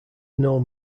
known